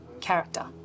character